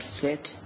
fit